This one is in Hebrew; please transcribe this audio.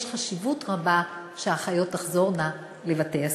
יש חשיבות רבה לכך שהאחיות תחזורנה לבתי-הספר.